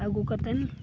ᱟᱹᱜᱩ ᱠᱟᱛᱮᱫ